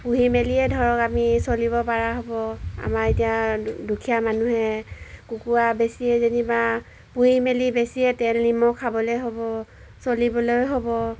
পুহি মেলিয়ে ধৰক আমি চলিব পৰা হ'ব আমাৰ এতিয়া দুখীয়া মানুহে কুকুৰা বেছিয়ে যেনিবা পুহি মেলি বেছিয়ে তেল নিমখ খাবলৈ হ'ব চলিবলৈ হ'ব